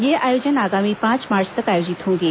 यह आयोजन आगामी पांच मार्च तक आयोजित होंगे